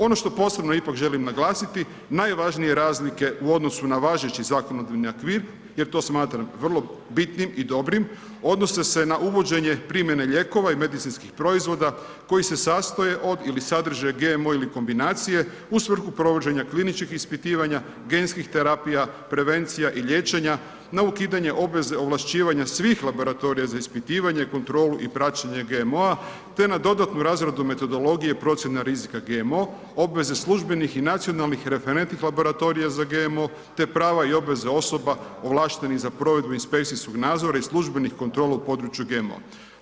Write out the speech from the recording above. Ono što posebno ipak želim naglasiti, najvažnije razlike u odnosu na važeći zakonodavni okvir jer to smatram vrlo bitnim i dobrim odnose se na uvođenje primjene lijekova i medicinskih proizvoda koji se sastoje od ili sadrže GMO ili kombinacije u svrhu provođenja kliničkih ispitivanja, genskih terapija, prevencija i liječenja na ukidanje obveze ovlašćivanja svih laboratorija za ispitivanje, kontrolu i praćenje GMO-a te na dodatnu razradu metodologije procjena rizika GMO, obveze službenih i nacionalnih referentnih laboratorija za GMO, te prava i obveze osoba ovlaštenih za provedbu inspekcijskih nadzora i službenih kontrola u području GMO-a.